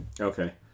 Okay